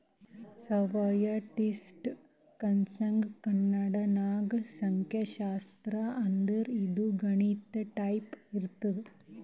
ಸ್ಟ್ಯಾಟಿಸ್ಟಿಕ್ಸ್ಗ ಕನ್ನಡ ನಾಗ್ ಸಂಖ್ಯಾಶಾಸ್ತ್ರ ಅಂತಾರ್ ಇದು ಗಣಿತ ಟೈಪೆ ಇರ್ತುದ್